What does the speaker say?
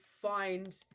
find